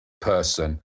person